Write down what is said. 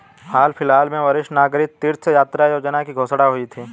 हाल फिलहाल में वरिष्ठ नागरिक तीर्थ यात्रा योजना की घोषणा हुई है